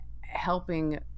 helping